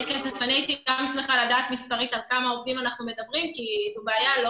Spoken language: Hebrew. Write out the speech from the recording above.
הייתי שמחה לדעת מספרית על כמה עובדים אנחנו מדברים כי זו בעיה לא